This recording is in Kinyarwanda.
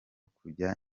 kujya